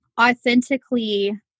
authentically